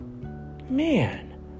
man